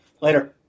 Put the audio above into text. Later